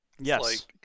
Yes